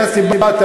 זו הסיבה.